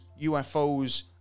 UFOs